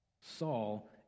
Saul